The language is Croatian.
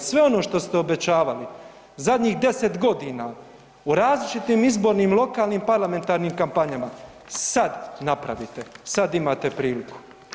Sve ono što ste obećavali zadnjih 10 godina u različitim izbornim lokalnim i parlamentarnim kampanjama, sad napravite sad imate priliku.